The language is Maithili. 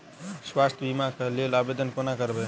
स्वास्थ्य बीमा कऽ लेल आवेदन कोना करबै?